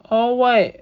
all white